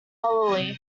hollowly